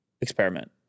experiment